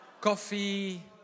Coffee